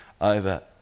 over